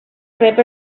rep